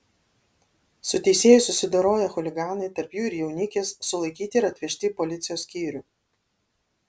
su teisėju susidoroję chuliganai tarp jų ir jaunikis sulaikyti ir atvežti į policijos skyrių